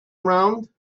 around